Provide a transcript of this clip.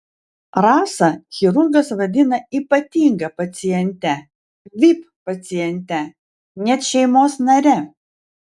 rasą chirurgas vadina ypatinga paciente vip paciente net šeimos nare